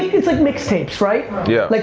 it's like mixtapes, right? yeah. like